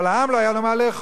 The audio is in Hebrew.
אבל העם, לא היה לו מה לאכול.